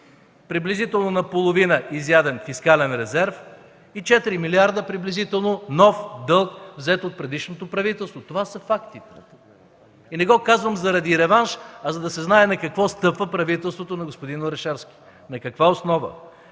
приблизително наполовина изяден фискален резерв и 4 милиарда приблизително нов дълг, взет от предишното правителство. Това са фактите. И не го казвам заради реванша, а за да се знае на какво стъпва правителството на господин Орешарски, на каква основа.